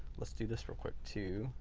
let's do this real quick too.